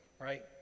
right